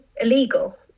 illegal